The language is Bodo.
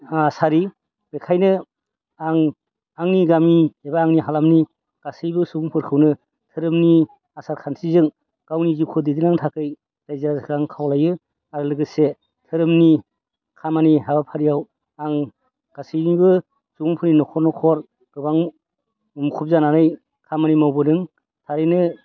आसारि बेखायनो आं आंनि गामि एबा आंनि हालामनि गासैबो सुबुंफोरखौनो धोरोमनि आसार खान्थिजों गावनि जिउखौ दैदेन लांनो थाखै रायजो राजाखो आं खावलायो आरो लोगोसे धोरोमनि खामानि हाबाफारियाव आं गासैनिबो सुबुंफोरनि न'खर न'खर गोबां मुखुब जानानै खामानि मावबोदों थारैनो